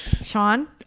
Sean